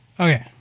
Okay